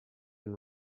and